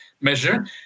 measure